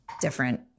different